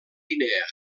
guinea